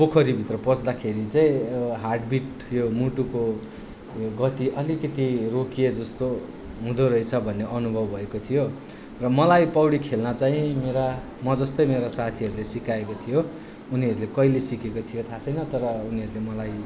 पोखरीभित्र पस्दाखेरि चाहिँ हार्टबिट यो मुटुको यो गति अलिकति रोकिए जस्तो हुँदोरहेछ भन्ने अनुभव भएको थियो र मलाई पौडी खेल्न चाहिँ मेरा म जस्तै मेरा साथीहरूले सिकाएको थियो उनीहरूले कहिले सिकेको थियो थाहा छैन तर उनीहरूले मलाई